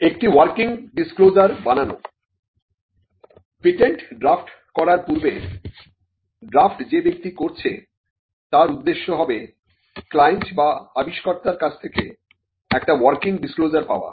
একটি working disclosure বানানো patent draft করার পূর্বে ড্রাফ্ট যে ব্যক্তি করছে তার উদ্দেশ্য হবে ক্লায়েন্ট বা আবিষ্কর্তার কাছ থেকে একটি ওয়ার্কিং ডিসক্লোজার পাওয়া